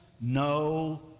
no